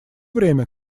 время